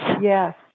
Yes